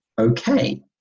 okay